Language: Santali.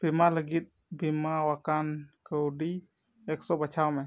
ᱵᱤᱢᱟ ᱞᱟᱹᱜᱤᱫ ᱵᱤᱢᱟᱣᱟᱠᱟᱱ ᱠᱟᱣᱰᱤ ᱮᱠᱥᱚ ᱵᱟᱪᱷᱟᱣᱢᱮ